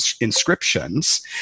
inscriptions